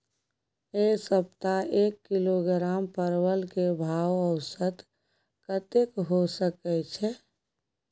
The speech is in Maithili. ऐ सप्ताह एक किलोग्राम परवल के भाव औसत कतेक होय सके छै?